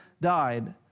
died